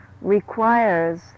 requires